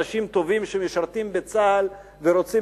אנשים טובים שמשרתים בצה"ל ורוצים